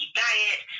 diet